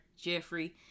Jeffrey